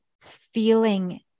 feeling